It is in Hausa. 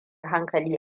hankali